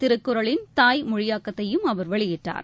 திருக்குறளின் தாய் மொழியாக்கத்தையும் அவர் வெளியிட்டார்